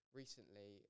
recently